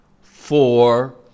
four